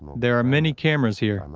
there are many cameras here, um